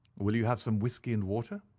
will you have some whiskey and water?